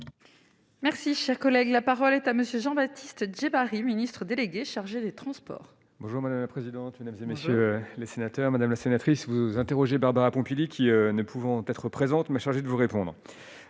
Merci, cher collègue, la parole est à monsieur Jean-Baptiste Djebbari Ministre délégué chargé des Transports. Bonjour, madame la présidente, mesdames et messieurs les sénateurs, Madame la sénatrice, vous interrogez, Barbara Pompili, qui, ne pouvant être présente m'a chargée de vous répondre